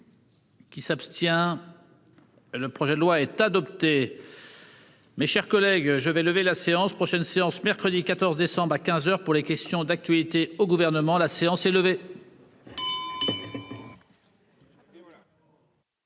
Qui s'abstient.-- Le projet de loi est adopté. Mes chers collègues, je vais lever la séance prochaine séance mercredi 14 décembre à 15h pour les questions d'actualité au gouvernement. La séance est levée.